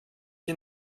die